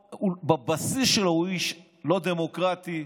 בבסיס שלו הוא איש לא דמוקרטי,